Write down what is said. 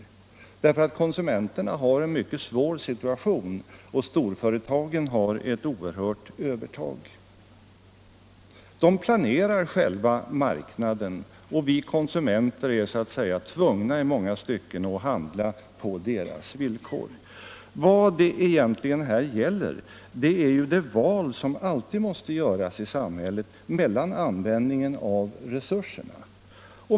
Konsumenterna befinner sig i en mycket svår situation, och storföretagen har ett oerhört övertag. De planerar själva marknaden, medan vi konsumenter i många stycken är tvungna att handla på deras villkor. Vad frågan gäller är ju det val som alltid måste göras i samhället mellan användningen av olika resurser.